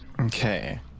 Okay